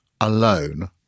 alone